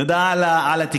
תודה על התיקון.